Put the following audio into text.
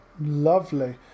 lovely